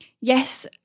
yes